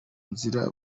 nzira